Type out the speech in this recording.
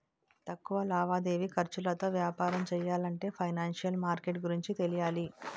తక్కువ లావాదేవీ ఖర్చులతో వ్యాపారం చెయ్యాలంటే ఫైనాన్సిషియల్ మార్కెట్ గురించి తెలియాలి